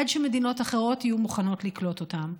עד שמדינות אחרות יהיו מוכנות לקלוט אותם.